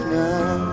now